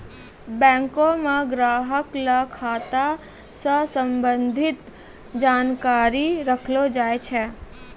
बैंको म ग्राहक ल खाता स संबंधित जानकारी रखलो जाय छै